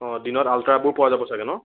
অ' দিনত আলট্ৰাবোৰ পোৱা যাব ছাগে ন